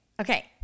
Okay